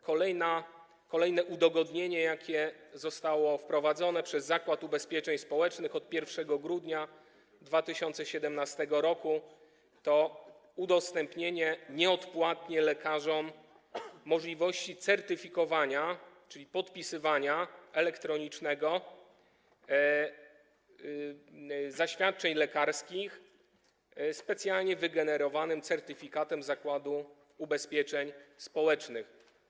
Kolejne udogodnienie, jakie zostało wprowadzone przez Zakład Ubezpieczeń Społecznych od 1 grudnia 2017 r., to udostępnienie nieodpłatnie lekarzom możliwości certyfikowania, czyli podpisywania elektronicznego zaświadczeń lekarskich specjalnie wygenerowanym certyfikatem Zakładu Ubezpieczeń Społecznych.